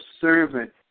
servant